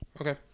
Okay